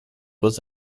was